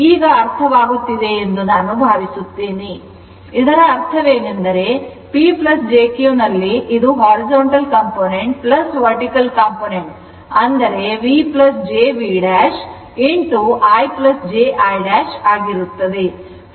ಈಗ ಇದರ ಅರ್ಥವೇನೆಂದರೆ P jQ ನಲ್ಲಿ ಇದು horizontal component vertical component ಅಂದರೆ V jV' i j I' ಆಗಿರುತ್ತದೆ